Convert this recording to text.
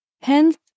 Hence